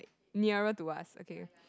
nearer to us okay